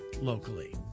locally